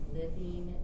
living